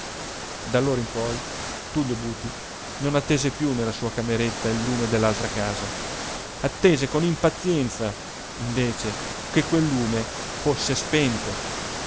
e cosí fu d'allora in poi tullio buti non attese piú nella sua cameretta il lume dell'altra casa attese con impazienza invece che quel lume fosse spento